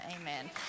Amen